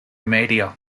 media